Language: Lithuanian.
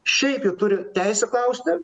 šiaip jie turi teisę klausti